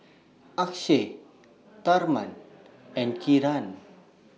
Akshay Tharman and Kiran